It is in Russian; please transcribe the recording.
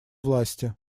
власти